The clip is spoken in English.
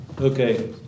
Okay